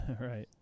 right